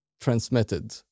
transmitted